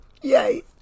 yay